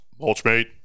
mulchmate